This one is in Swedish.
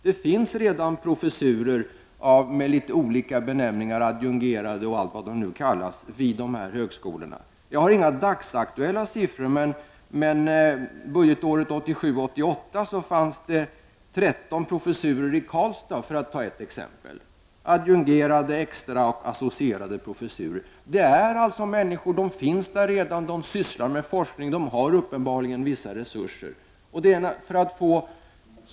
Det finns redan professurer med litet olika benämningar, adjungerad osv., vid högskolorna. Jag har inga dagsaktuella siffror. Men budgetåret 1987/88 fanns det t.ex. 13 professurer i Karlstad. Det var adjungerade, extra och associerade professurer. Dessa människor finns där redan, sysslar med forskning och har uppenbarligen vissa resurser.